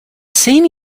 same